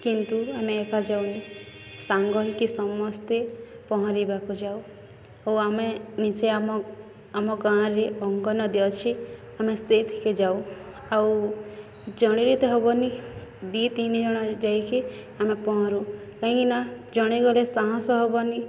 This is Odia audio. କିନ୍ତୁ ଆମେ ଏକା ଯାଉନି ସାଙ୍ଗ ହେଇକି ସମସ୍ତେ ପହଁରିବାକୁ ଯାଉ ଓ ଆମେ ନିଜେ ଆମ ଆମ ଗାଁ'ରେ ଅଙ୍ଗ ନଦୀ ଅଛି ଆମେ ସେଇଥିରେ ଯାଉ ଆଉ ଜଣେରେ ତ ହେବନି ଦୁଇ ତିନି ଜଣ ଯାଇକି ଆମେ ପହଁରୁ କାହିଁକିନା ଜଣେ ଗଲେ ସାହସ ହେବନି